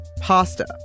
pasta